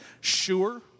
sure